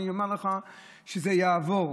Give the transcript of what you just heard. אני אומר לך שזה יעבור,